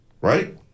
right